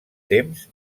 temps